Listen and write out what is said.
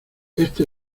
éste